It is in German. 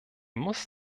muss